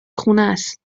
خونست